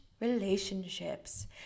relationships